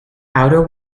outer